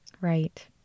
Right